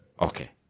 Okay